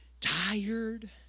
tired